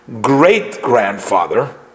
great-grandfather